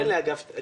אין לאגף -- כן.